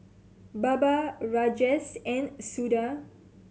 Baba Rajesh and Suda